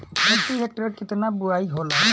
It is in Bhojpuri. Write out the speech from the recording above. प्रति हेक्टेयर केतना बुआई होला?